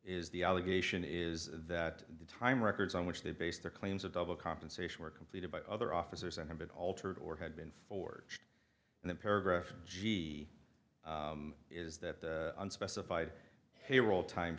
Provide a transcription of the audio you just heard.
is the allegation is that the time records on which they base their claims of double compensation were completed by other officers and had been altered or had been forged and the paragraph g is that unspecified hey roll time